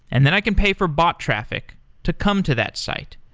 and then i can pay for bot traffic to come to that site.